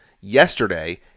Yesterday